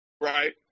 Right